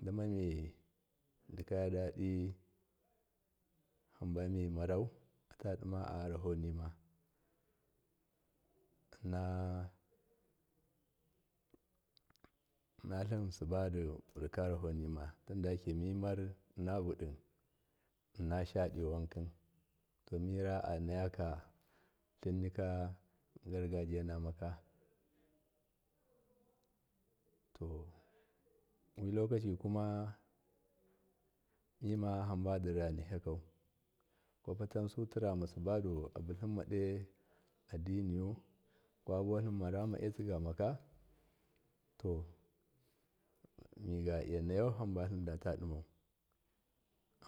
Damami dikaya dadi hambamimarau ayarahenima innatlin sibudi vurka yarahomma tindayake mimar inna vudi inna shadi wanki to mirra aneka kargarjinamaka to wi lokaci kuma mimahamba dirangyagyau kwa patan tirama abutlimma do adiniyu kwabuwatlimra ma etsi gamaka to migalya nayau hamba tlindatadimaud